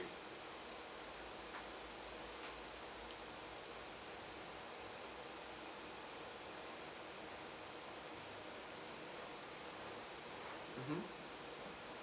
mmhmm